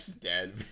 Dead